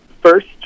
first